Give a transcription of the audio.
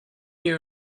you